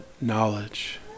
knowledge